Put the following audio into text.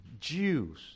Jews